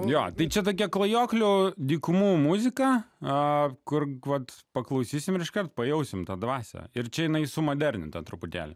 jo tai čia tokia klajoklio dykumų muziką kur vat paklausysime ir iškart pajausime tą dvasią ir čia jinai sumoderninta truputėlį